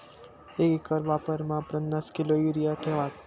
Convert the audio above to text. एक एकर वावरमा पन्नास किलो युरिया ठेवात